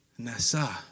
Nasa